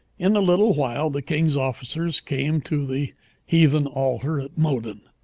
in a little while the king's officers came to the heathen altar at modin,